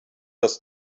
dass